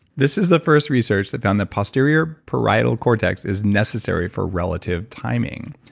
this is the first research that found that posterior parietal cortex is necessary for relative timing.